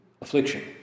affliction